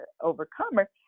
overcomer